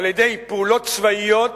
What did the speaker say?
על-ידי פעולות צבאיות